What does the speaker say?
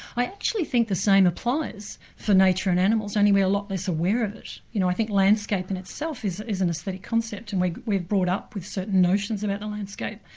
i actually think the same applies for nature and animals, only we're a lot less aware of it. you know i think landscape in itself is is an aesthetic concept, and we're we're brought up with certain notions of our and landscape,